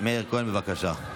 מאיר כהן, בבקשה.